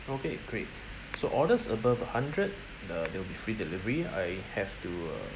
okay great so orders above a hundred uh there'll be free delivery I have to uh